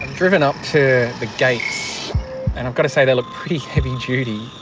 driven up to the gates and i've got to say they look pretty heavy duty.